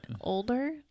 older